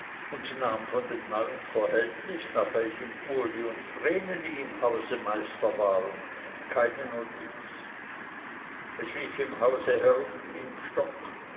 und nahm von dem neuen verhältnis nach welchem uli und vreneli im hause meister waren keine notiz es lief im hause herum wie im stock